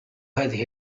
هذه